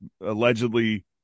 allegedly